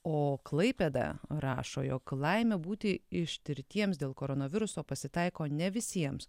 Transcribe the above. o klaipėda rašo jog laimė būti ištirtiems dėl koronaviruso pasitaiko ne visiems